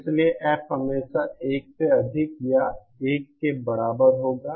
इसलिए F हमेशा 1 से अधिक या 1 के बराबर होगा